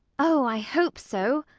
oh, i hope so.